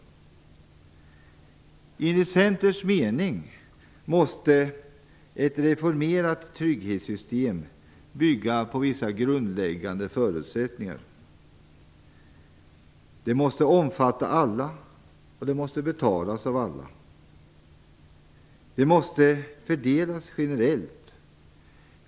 Enligt Centerns mening måste ett reformerat trygghetssystem bygga på vissa grundläggande förutsättningar. Det måste omfatta alla, och det måste betalas av alla. Medlen måste fördelas generellt.